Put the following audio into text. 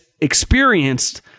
experienced